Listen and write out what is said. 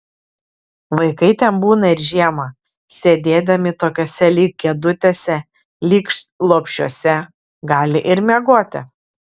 vaikai ten būna ir žiemą sėdėdami tokiose lyg kėdutėse lyg lopšiuose gali ir miegoti